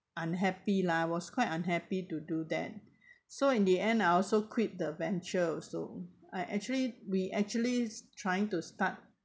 unhappy lah I was quite unhappy to do that so in the end I also quit the venture also I actually we actually s~ trying to start